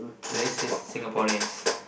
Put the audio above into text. racist Singaporeans